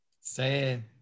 Sad